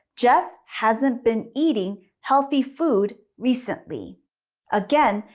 jeff hasn't been eating healthy food recently again,